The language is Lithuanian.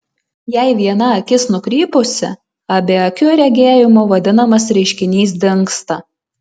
jei viena akis nukrypusi abiakiu regėjimu vadinamas reiškinys dingsta